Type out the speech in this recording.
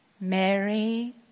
Mary